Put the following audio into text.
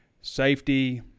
safety